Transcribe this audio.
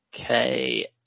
Okay